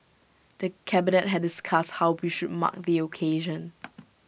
the cabinet had discussed how we should mark the occasion